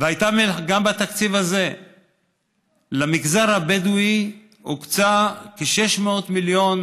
גם בתקציב הזה הוקצו למגזר הבדואי כ-600 מיליון